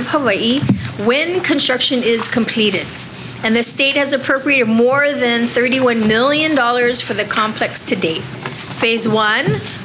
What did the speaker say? of hawaii when construction is completed and the state has appropriated more than thirty one million dollars for the complex to date phase one